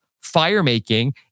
fire-making